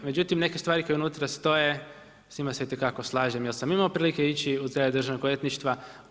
Međutim, neke stvari koje unutra stoje s njima se itekako slažem jer sam imao prilike ići u ta državna odvjetništva.